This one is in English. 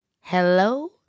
hello